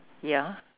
ya